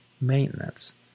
Maintenance